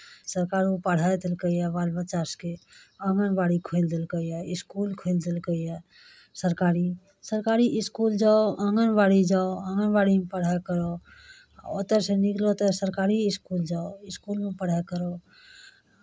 सरकारो पढ़ाइ देलकैए बाल बच्चा सभके आङ्गनबाड़ी खोलि देलकैए इसकुल खोलि देलकैए सरकारी सरकारी इसकुल जाउ आङ्गनबाड़ी जाउ आङ्गनबाड़ीमे पढ़ाइ करू ओतयसँ निकलू तऽ सरकारी इसकुल जाउ इसकुलमे पढ़ाइ करू